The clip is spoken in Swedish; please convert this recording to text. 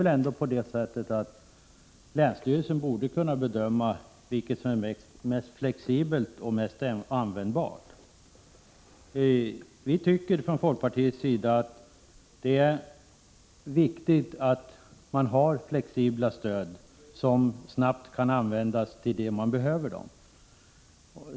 Länsstyrelsen borde väl ändå kunna bedöma vilket som är mest flexibelt och mest användbart. Vi tycker från folkpartiets sida att det är viktigt att man har flexibla stöd, som snabbt kan användas till det man behöver dem till.